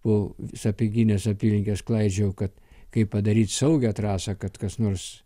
po sapieginės apylinkes klaidžiojau kad kaip padaryti saugią trasą kad kas nors